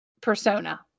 persona